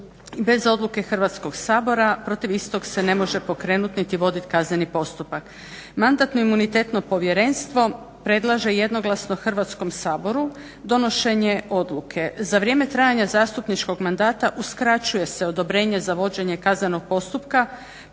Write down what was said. Bez odluke Hrvatskog sabora protiv istog se ne može pokrenuti niti voditi kazneni postupak. Mandatno-imunitetno povjerenstvo predlaže jednoglasno Hrvatskom saboru donošenje odluke, za vrijeme trajanja zastupničkog mandata uskraćuje se odobrenje za vođenje kaznenog postupka